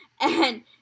And-